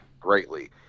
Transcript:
greatly